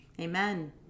Amen